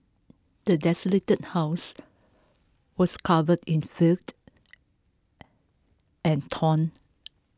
the desolated house was covered in filth and ton